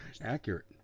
accurate